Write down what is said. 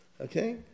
Okay